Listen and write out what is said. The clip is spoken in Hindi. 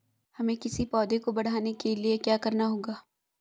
हमें किसी पौधे को बढ़ाने के लिये क्या करना होगा?